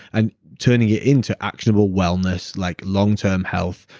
and turning it into actionable wellness like longterm health,